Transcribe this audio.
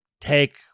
take